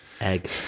Egg